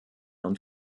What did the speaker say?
und